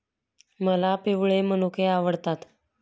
मला पिवळे मनुके आवडतात